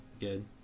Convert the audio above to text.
good